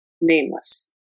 nameless